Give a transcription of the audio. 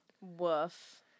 Woof